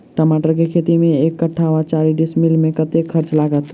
टमाटर केँ खेती मे एक कट्ठा वा चारि डीसमील मे कतेक खर्च लागत?